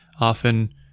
often